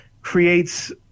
creates